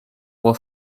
will